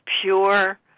pure